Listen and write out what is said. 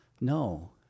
no